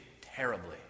terribly